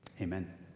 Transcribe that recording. Amen